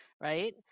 right